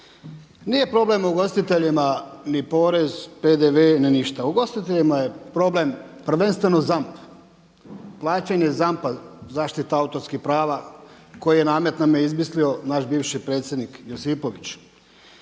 Nije problem ugostiteljima ni porez, PDV ni ništa. Ugostiteljima je problem prvenstveno ZAMP, plaćanje ZAMP-a zaštita autorskih prava koji namet nam je izmislio naš bivši predsjednik Josipović.